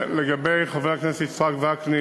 לגבי חבר הכנסת יצחק וקנין,